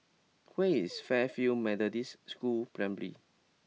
where is Fairfield Methodist School Primary